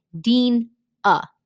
Dean-a